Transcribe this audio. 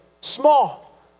Small